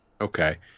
Okay